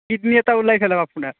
kidney এটা ওলাই ফেলাম আপোনাৰ